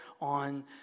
on